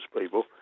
people